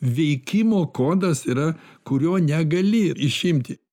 veikimo kodas yra kurio negali išimti